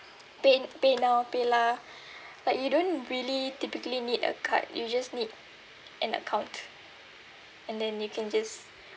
pay PayNow PayLah but you don't really typically need a card you just need an account and then you can just